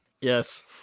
Yes